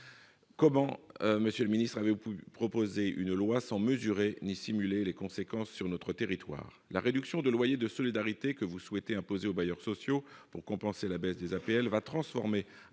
comment Monsieur, le ministre avait voulu proposer une loi sans mesurer ni simuler les conséquences sur notre territoire, la réduction de loyer de solidarité que vous souhaitez imposée aux bailleurs sociaux pour compenser la baisse des APL va transformer